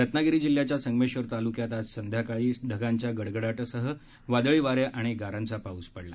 रत्नागिरी जिल्ह्याच्या संगमेश्वर तालुक्यात आज सायंकाळी ढगांच्या गडगडाटासह वादळी वारे आणि गारांचा पाऊस पडला